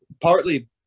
partly